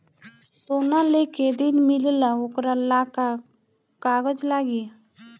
सोना लेके ऋण मिलेला वोकरा ला का कागज लागी?